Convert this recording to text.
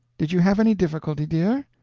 did you have any difficulty, dear?